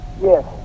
Yes